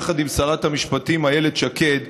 יחד עם שרת המשפטים איילת שקד,